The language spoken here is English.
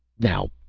now.